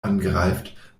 angreift